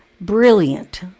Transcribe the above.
brilliant